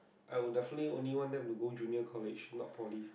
I would definitely only want them to go junior college not Poly